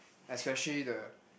especially the